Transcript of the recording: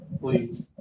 please